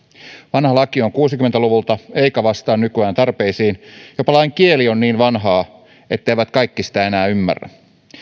vanha laki on kuusikymmentä luvulta eikä vastaa nykyajan tarpeisiin jopa lain kieli on niin vanhaa etteivät kaikki sitä enää ymmärrä